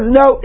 no